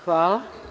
Hvala.